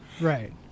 Right